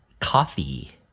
coffee